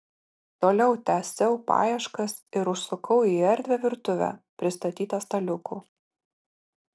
toliau tęsiau paieškas ir užsukau į erdvią virtuvę pristatytą staliukų